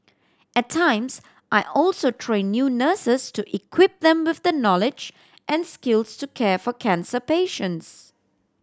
at times I also train new nurses to equip them with the knowledge and skills to care for cancer patients